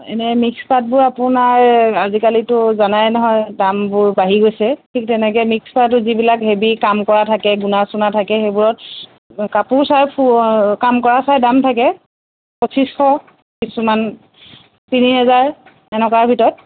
এনেই মিক্স পাটবোৰ আপোনাৰ আজিকালিতো জানাই নহয় দামবোৰ বাঢ়ি গৈছে কিন্তু তেনেকৈ মিক্স পাটৰ যিবিলাক হেভি কাম কৰা থাকে গুণা চুণা থাকে সেইবোৰত কাপোৰ চাই কাম কৰা চাই দাম থাকে পঁচিছশ কিছুমান তিনি হাজাৰ এনেকুৱাৰ ভিতৰত